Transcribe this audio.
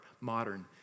modern